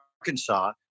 Arkansas